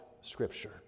Scripture